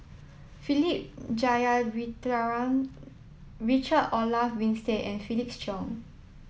Philip Jeyaretnam Richard Olaf Winstedt and Felix Cheong